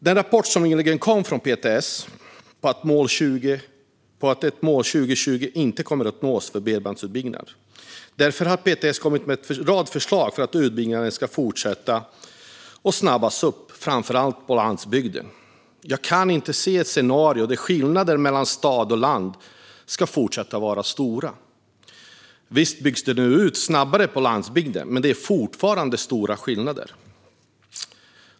Den rapport som nyligen kom från PTS visar att målet 2020 för bredbandsutbyggnad inte kommer att nås. Därför har PTS kommit med en rad förslag för att utbyggnaden ska fortsätta och snabbas upp, framför allt på landbygden. Jag kan inte se ett scenario där skillnaderna mellan stad och land ska fortsätta att vara stora. Visst byggs det nu ut snabbare på landsbygden, men det är fortfarande stora skillnader.